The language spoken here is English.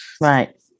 Right